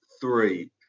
three